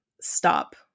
stop